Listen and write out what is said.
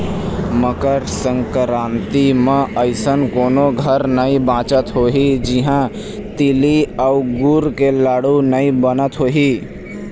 मकर संकरांति म अइसन कोनो घर नइ बाचत होही जिहां तिली अउ गुर के लाडू नइ बनत होही